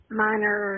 minor